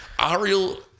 Ariel